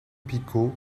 picaud